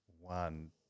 one